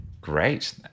Great